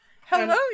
Hello